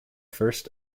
first